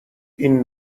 این